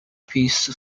piece